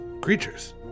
creatures